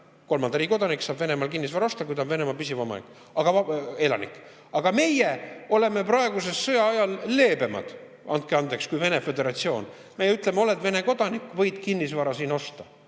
Kolmanda riigi kodanik saab Venemaal kinnisvara osta, kui ta on Venemaa püsielanik, aga meie oleme praeguse sõja ajal leebemad, andke andeks, kui Venemaa Föderatsioon. Me ütleme: oled Vene kodanik, võid kinnisvara siin osta.